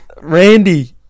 Randy